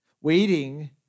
Waiting